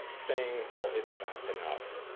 saying, well, it's fast enough,